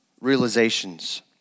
realizations